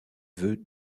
vœux